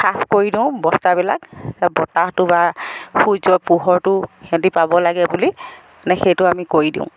হ্ৰাস কৰি দিওঁ বস্তাবিলাক বতাহটো বা সূৰ্যৰ পোহৰটো সিহঁতি পাব লাগে বুলি সেইটো আমি কৰি দিওঁ